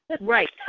Right